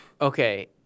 Okay